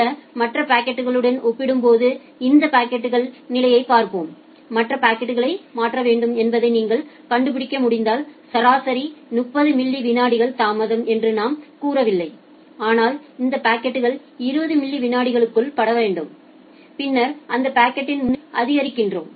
உள்ள மற்ற பாக்கெட்களுடன் ஒப்பிடும்போது இந்த பாக்கெட்கள் நிலையைப் பார்ப்போம் மற்ற பாக்கெட்களை மாற்ற வேண்டும் என்பதை நீங்கள் கண்டுபிடிக்க முடிந்தால் சராசரி 30 மில்லி விநாடி தாமதம் என்று நாம் கூறவில்லை ஆனால் இந்த பாக்கெட்கள் 20 மில்லி விநாடிக்குள் படவேண்டும் பின்னர் அந்த பாக்கெட்டின் முன்னுரிமையை அதிகரிக்கிறோம்